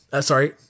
sorry